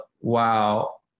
wow